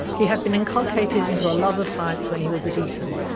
he had been inculcated into a love of science when he was at eton.